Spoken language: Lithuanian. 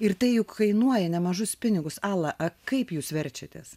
ir tai juk kainuoja nemažus pinigus ala kaip jūs verčiatės